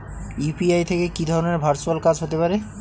UPI থেকে কি ধরণের ভার্চুয়াল কাজ হতে পারে?